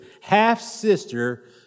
half-sister